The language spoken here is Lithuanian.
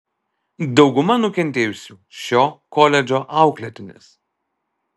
dauguma nukentėjusių šio koledžo auklėtinės